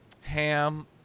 Ham